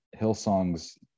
Hillsong's